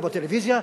לא בטלוויזיה,